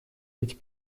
быть